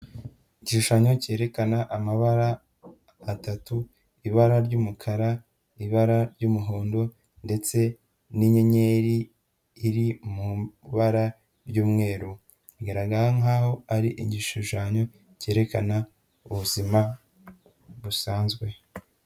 Igishushanyo cyerekana amabara atatu, ibara ry'umukara, ibara ry'umuhondo ndetse n'inyenyeri iri mu mubara ry'umweru, bigaragara nkaho ari igishushanyo cyerekana ubuzima busanzwe.